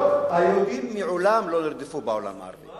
היהודים מעולם לא נרדפו בעולם הערבי.